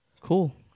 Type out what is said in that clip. Cool